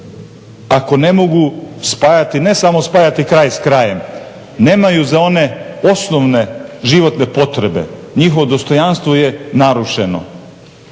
ako ne mogu spajati ne samo spajati kraj s krajem, nemaju za one osnovne životne potrebe, njihovo dostojanstvo je narušeno.